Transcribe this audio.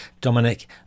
Dominic